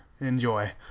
Enjoy